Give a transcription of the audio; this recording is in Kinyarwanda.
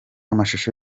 amashusho